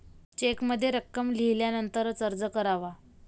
चेकमध्ये रक्कम लिहिल्यानंतरच अर्ज करावा